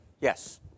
Yes